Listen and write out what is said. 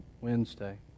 Wednesday